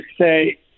say